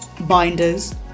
binders